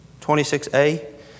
26A